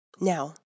Now